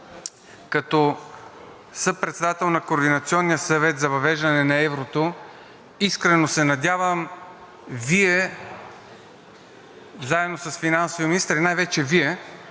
Като съпредседател на Координационния съвет за въвеждане на еврото искрено се надявам Вие заедно с финансовия министър, и най-вече Вие,